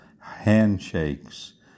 handshakes